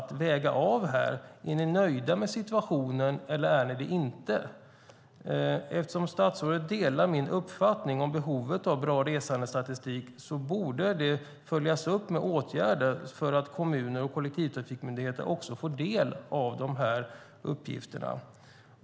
Är ni nöjda med situationen eller inte? Eftersom statsrådet delar min uppfattning om behovet av bra resandestatistik borde det följas upp med åtgärder, så att kommuner och kollektivtrafikmyndigheter får del av uppgifterna.